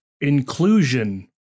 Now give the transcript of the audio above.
inclusion